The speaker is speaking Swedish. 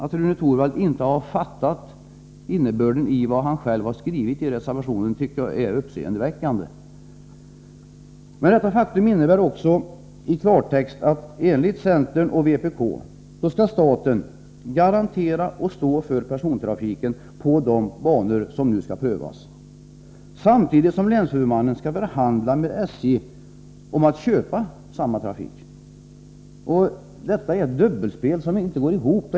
Att Rune Torwald inte har fattat innebörden i vad han själv har skrivit i reservationen tycker jag är uppseendeväckande. Detta innebär i klartext att staten enligt centern och vpk skall garantera och stå för persontrafiken på de banor som nu skall prövas. Samtidigt skall länshuvudmannen förhandla med SJ om att köpa samma trafik. Detta är ett dubbelspel som inte stämmer.